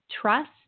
trust